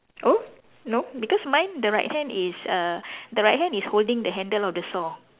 oh no because mine the right hand is err the right hand is holding the handle of the saw